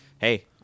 hey